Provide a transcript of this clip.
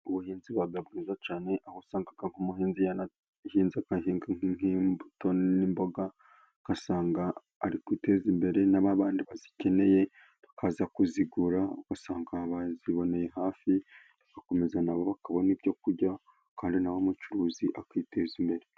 Ubuhinzi buba bwiza cyane aho usanga nk'umuhinzi yarahinze agahinga nk'imbuto n'imboga, ugasanga ari kwiteza imbere n'ababandi bazikeneye bakaza kuzigura ugasanga baziboneye hafi. Bagakomeza nabo bakabona ibyo kurya kandi na wa mucuruzi akiteza imbere.